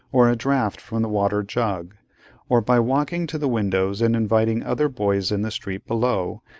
or a draught from the water-jug or by walking to the windows and inviting other boys in the street below,